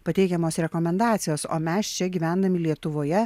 pateikiamos rekomendacijos o mes čia gyvendami lietuvoje